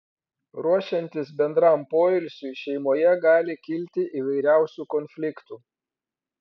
ruošiantis bendram poilsiui šeimoje gali kilti įvairiausių konfliktų